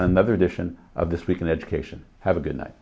another edition of this week in education have a good night